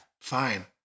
Fine